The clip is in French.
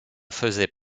faisait